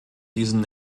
diesen